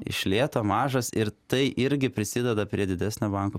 iš lėto mažas ir tai irgi prisideda prie didesnio banko